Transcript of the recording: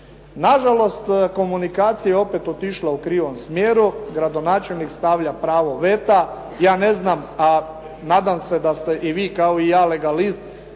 Na žalost komunikacija je opet otišla u krivom smjeru. Gradonačelnik stavlja pravo veta. Ja ne znam, a nadam se da ste i vi kao i ja legalist,